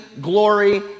glory